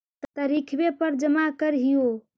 तरिखवे पर जमा करहिओ?